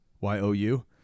Y-O-U